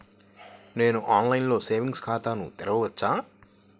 నేను ఆన్లైన్లో సేవింగ్స్ ఖాతాను తెరవవచ్చా?